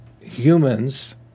humans